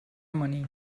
money